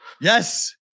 Yes